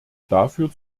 dafür